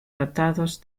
tratados